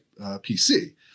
PC